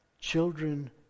children